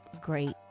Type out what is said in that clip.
great